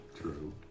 True